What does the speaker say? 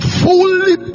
fully